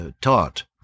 taught